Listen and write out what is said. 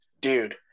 dude